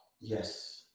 yes